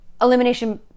elimination